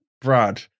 Brad